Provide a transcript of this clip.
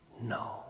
No